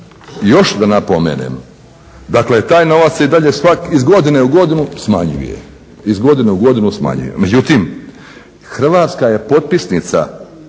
Još da napomenem, dakle taj novac se i dalje iz godine u godinu smanjuje. Međutim, Hrvatska je potpisnica